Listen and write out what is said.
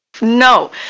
no